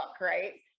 right